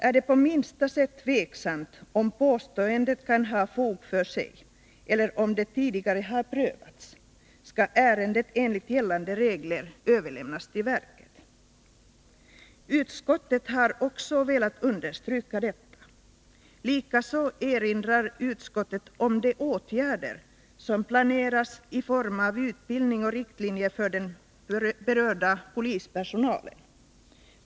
Är det på minsta sätt tveksamt om påståendet kan ha fog för sig eller om det tidigare har prövats, skall ärendet enligt gällande regler överlämnas till verket.” Utskottet har också velat understryka detta. Likaså erinrar utskottet om de åtgärder som planeras i form av utbildning och riktlinjer för den berörda polispersonalen.